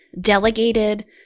delegated